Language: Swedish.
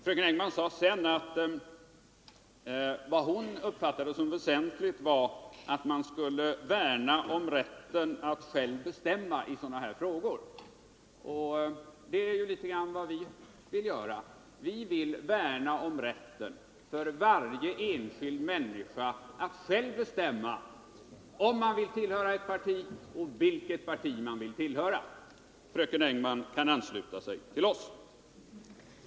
Fröken Engman sade sedan att vad hon uppfattade som väsentligt var att värna om rätten att själv bestämma i sådana här frågor. Det är litet av vad vi vill göra. Vi vill värna om rätten för varje enskild människa att själv bestämma om man vill tillhöra ett politiskt parti och i så fall vilket parti man vill tillhöra. Fröken Engman kan ansluta sig till oss.